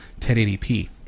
1080p